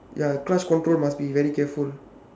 ya clutch control must be very careful